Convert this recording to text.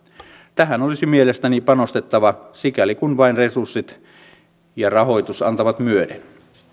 tähän olisi mielestäni panostettava sikäli kuin vain resurssit ja rahoitus antavat myöten